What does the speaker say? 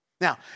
Now